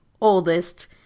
oldest